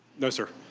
no, sir.